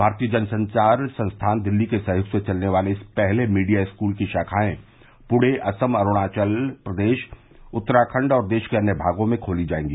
भारतीय जनसंघार संस्थान दिल्ली के सहयोग से चलने वाले इस पहले मीडिया स्कूल की शाखाएं पृणे असम अरूणाचल प्रदेश उत्तराखंड और देश के अन्य भागों में खोली जाएगी